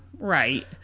Right